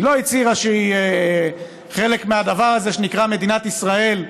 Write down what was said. היא לא הצהירה שהיא חלק מהדבר הזה שנקרא "מדינת ישראל",